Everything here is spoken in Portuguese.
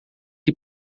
que